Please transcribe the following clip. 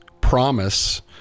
promise